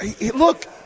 Look